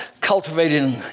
cultivating